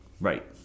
Right